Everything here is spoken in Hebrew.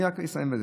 אני אסיים בזה.